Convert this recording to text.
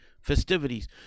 Festivities